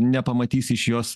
nepamatys iš jos